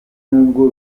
nubwo